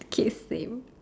kids stain